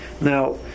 now